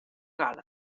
gala